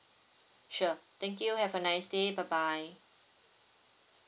sure thank you have a nice day bye bye